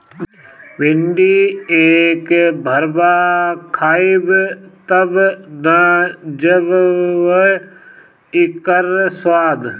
भिन्डी एक भरवा खइब तब न जनबअ इकर स्वाद